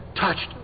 touched